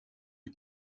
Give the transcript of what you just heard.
les